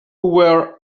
were